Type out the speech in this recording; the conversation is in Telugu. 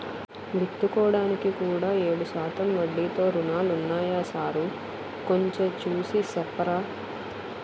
విత్తుకోడానికి కూడా ఏడు శాతం వడ్డీతో రుణాలున్నాయా సారూ కొంచె చూసి సెప్పరా